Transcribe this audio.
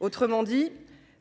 Autrement dit,